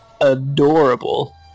adorable